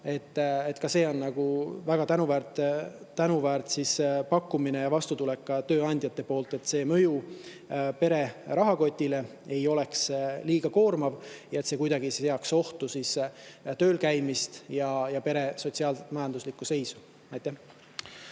Ka see on väga tänuväärt pakkumine ja vastutulek tööandjate poolt, et mõju pere rahakotile ei oleks liiga koormav ja et see kuidagi ei seaks ohtu töölkäimist ning pere sotsiaalset ja majanduslikku seisu. Aitäh!